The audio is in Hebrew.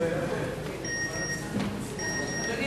אדוני